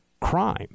crime